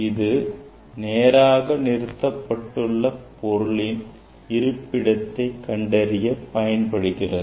இது நேராக நிறுத்தப்பட்டுள்ள பொருளின் இருப்பிடத்தை கண்டறிய பயன்படுகிறது